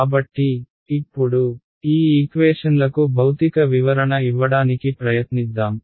కాబట్టి ఇప్పుడు ఈ ఈక్వేషన్లకు భౌతిక వివరణ ఇవ్వడానికి ప్రయత్నిద్దాం